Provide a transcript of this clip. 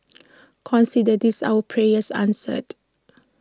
consider this our prayers answered